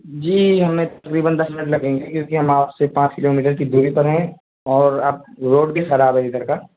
جی ہمیں تقریباً دس منٹ لگیں گے کیونکہ ہم آپ سے پانچ کلو میٹر کی دوری پر ہیں اور آپ روڈ بھی خراب ہے ادھر کا